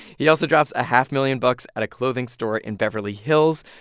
he also drops a half million bucks at a clothing store in beverly hills.